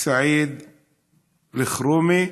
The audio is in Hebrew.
סעיד אלחרומי.